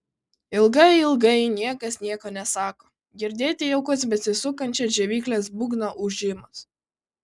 ilgai ilgai niekas nieko nesako girdėti jaukus besisukančio džiovyklės būgno ūžimas